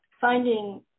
finding